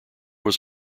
was